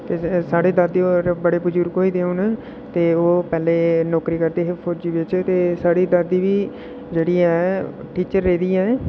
ते साढ़े दादा होर बड़े बजुर्ग होई गेदे हुन ते ओह् पैह्लें नौकरी करदे हे फौज बिच ते साढ़ी दादी बी जेह्ड़ी ऐ टीचर रेह्दी ऐ